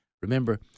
Remember